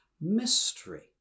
mystery